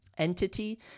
entity